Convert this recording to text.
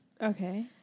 Okay